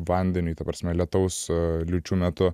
vandeniui ta prasme lietaus liūčių metu